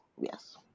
Yes